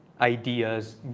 ideas